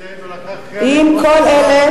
עם כל אלה